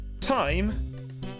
time